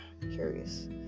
curious